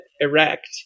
erect